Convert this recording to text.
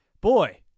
boy